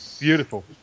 beautiful